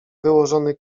wyłożony